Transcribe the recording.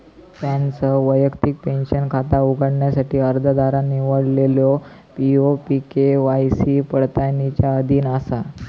पॅनसह वैयक्तिक पेंशन खाता उघडण्यासाठी अर्जदारान निवडलेलो पी.ओ.पी के.वाय.सी पडताळणीच्या अधीन असा